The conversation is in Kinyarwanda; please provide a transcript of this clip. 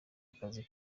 akazi